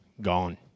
Gone